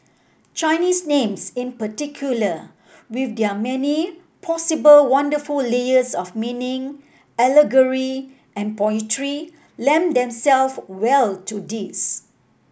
Chinese names in particular with their many possible wonderful layers of meaning allegory and poetry lend them self well to this